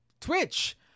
Twitch